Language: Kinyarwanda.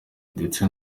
ndetse